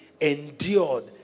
endured